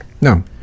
No